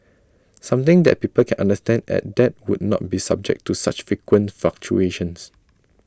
something that people can understand and that would not be subject to such frequent fluctuations